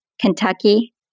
Kentucky